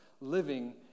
living